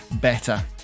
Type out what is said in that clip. better